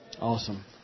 Awesome